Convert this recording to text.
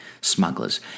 smugglers